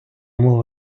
мова